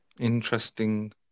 Interesting